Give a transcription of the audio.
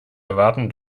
erwarten